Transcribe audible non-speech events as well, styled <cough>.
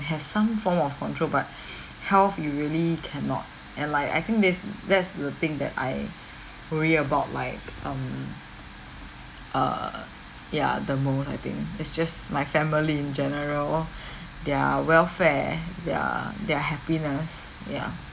have some form of control but <breath> health you really cannot and like I think this that's the thing that I worry about like um err ya the most I think it's just my family in general <breath> their welfare their their happiness ya